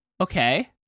Okay